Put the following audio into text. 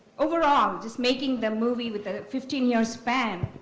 overall, just making the movie with fifteen year span.